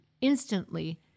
instantly